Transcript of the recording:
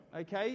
Okay